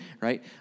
right